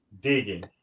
Digging